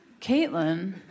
Caitlin